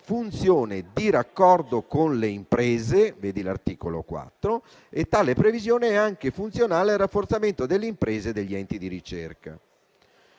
funzione di raccordo con le imprese (articolo 4). Tale previsione è anche funzionale al rafforzamento delle imprese e degli enti di ricerca.